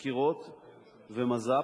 חקירות ומז"פ,